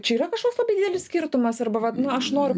čia yra kažkoks labai didelis skirtumas arba vat nu aš noriu